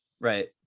right